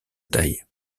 taille